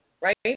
Right